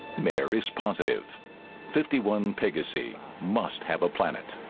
mer is positive fifty one pegasi must have a planet